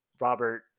Robert